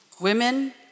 Women